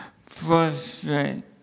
frustrate